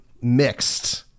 mixed